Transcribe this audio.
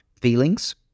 feelings